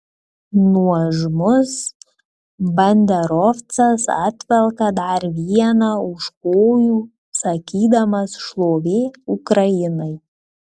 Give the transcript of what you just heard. nuožmus banderovcas atvelka dar vieną už kojų sakydamas šlovė ukrainai